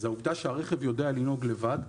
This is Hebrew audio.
היא העובדה שהרכב יודע לנהוג לבד,